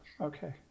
Okay